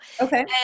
Okay